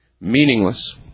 meaningless